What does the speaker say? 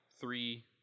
three